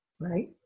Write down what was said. right